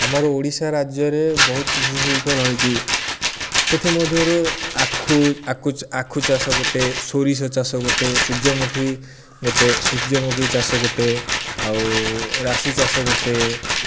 ଆମର ଓଡ଼ିଶା ରାଜ୍ୟରେ ବହୁତ କୃଷିଶିଳ୍ପ ରହିଛି ସେଥିମଧ୍ୟରୁ ଆଖୁ ଆଖୁ ଚାଷ ଗୋଟେ ସୋରିଷ ଚାଷ ଗୋଟେ ସୂର୍ଯ୍ୟମୁଖୀ ଗୋଟେ ସୂର୍ଯ୍ୟମୁଖୀ ଚାଷ ଗୋଟେ ଆଉ ରାଶି ଚାଷ ଗୋଟେ